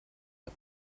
der